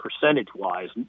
percentage-wise